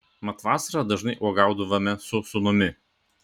mat vasarą dažnai uogaudavome su sūnumi